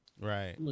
Right